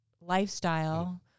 lifestyle